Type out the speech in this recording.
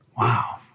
Wow